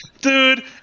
dude